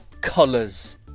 colours